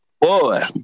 Boy